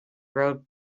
road